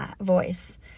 voice